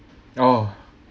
oh